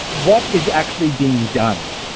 what is actually being done?